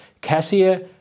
Cassia